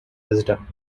wisdom